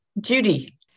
Judy